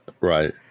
right